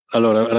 Allora